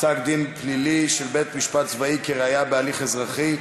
(פסק-דין פלילי של בית-משפט צבאי כראיה בהליך אזרחי),